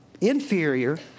inferior